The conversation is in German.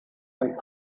und